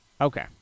Okay